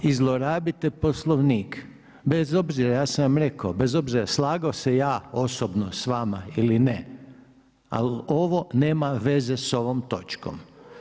I zlorabite Poslovnik, bez obzira ja sam vam rekao, bez obzira slagao se ja osobno s vama ili ne, ali ovo nema veze s ovom točkom.